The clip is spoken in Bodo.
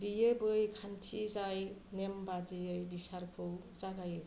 बेयो बै खान्थि जाय नेमबादियै बिसारखौ जागायो